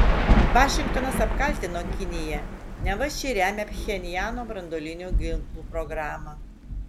vašingtonas apkaltino kiniją neva ši remia pchenjano branduolinių ginklų programą